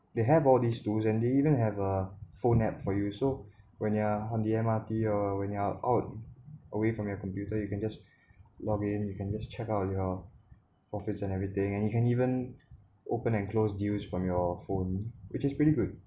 they have all these tools and they even have a phone app for you so when you are on the M_R_T or when you are out away from your computer you can just log in you can just check out your profits and everything and you can even open and close deals from your phone which is pretty good